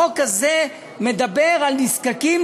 החוק הזה מדבר על נזקקים,